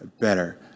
better